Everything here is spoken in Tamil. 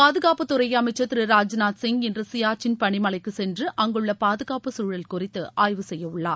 பாதுகாப்புத்துறை அமைச்சர் திரு ராஜ்நாத்சிங் இன்று சியாச்சின் பனிமலைக்குச் சென்று அங்குள்ள பாதுகாப்பு சூழல் குறித்து ஆய்வு செய்ய உள்ளார்